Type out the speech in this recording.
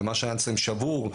ומה שהיה אצלם שבור,